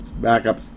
Backups